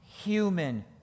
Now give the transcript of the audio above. human